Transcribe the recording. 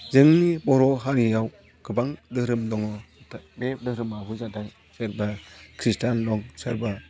जोंनि बर' हारियाव गोबां धोरोम दङ बे धोरोमानो जादों सोरबा क्रिस्टियान दं सोरबा